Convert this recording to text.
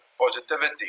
positivity